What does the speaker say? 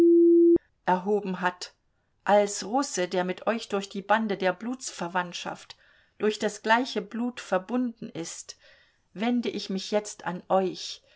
erhoben hat als russe der mit euch durch die bande der blutsverwandtschaft durch das gleiche blut verbunden ist wende ich mich jetzt an euch